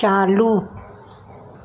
चालू